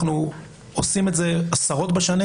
אנחנו עושים את זה עשרות בשנים